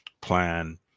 plan